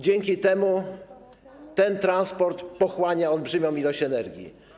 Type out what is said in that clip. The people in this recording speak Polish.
Dzięki temu transport pochłania olbrzymią ilość energii.